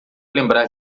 lembrar